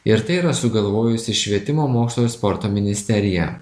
ir tai yra sugalvojusi švietimo mokslo ir sporto ministerija